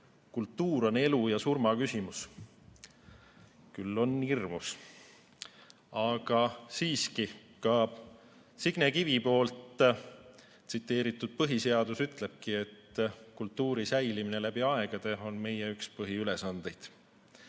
"Kultuur on elu ja surma küsimus." Küll on hirmus. Aga siiski, ka Signe Kivi tsiteeris põhiseadust, mis ütlebki, et kultuuri säilimine läbi aegade on meie üks põhiülesandeid.